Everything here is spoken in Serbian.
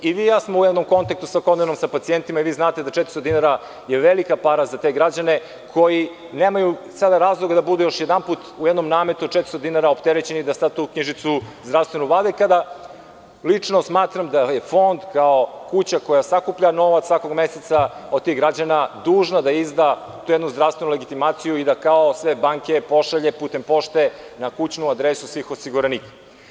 I vi i ja smo u jednomkontaktu svakodnevno sa pacijentima i vi znate da je 400 dinara velika para za te građane koji nemaju sada razloga da budu još jedanput u jednom nametu od 400 dinara opterećeni da sada tu zdravstvenu knjižicu vade kada lično smatram da je Fond kao kuća koja sakuplja novac svakog meseca od tih građana dužna da izda tu jednu zdravstvenu legitimaciju i da, kao sve banke, pošalje putem pošte na kućnu adresu svih osiguranika.